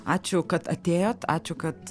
ačiū kad atėjot ačiū kad